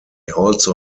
also